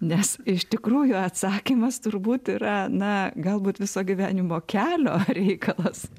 nes iš tikrųjų atsakymas turbūt yra na galbūt viso gyvenimo kelio reikalas